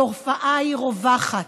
התופעה היא רווחת,